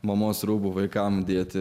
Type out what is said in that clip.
mamos rūbų vaikams dėti